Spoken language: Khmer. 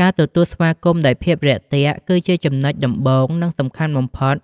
ការទទួលស្វាគមន៍ដោយភាពរាក់ទាក់គឺជាចំណុចដំបូង និងសំខាន់បំផុត